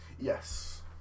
Yes